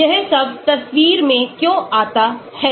तो यह सब तस्वीर में क्यों आता है